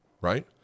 right